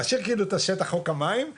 להשאיר כאילו את השטח חוק המים,